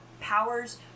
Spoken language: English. powers